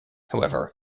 however